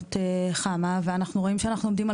במדינות חמה ואנחנו רואים שאנחנו עומדים על